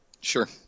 Sure